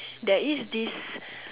there is this